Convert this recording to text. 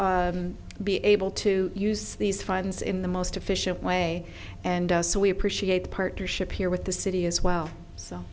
to be able to use these funds in the most efficient way and so we appreciate the partnership here with the city as well so